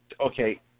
okay